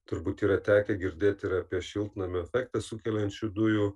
turbūt yra tekę girdėt ir apie šiltnamio efektą sukeliančių dujų